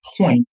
point